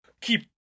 keep